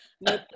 no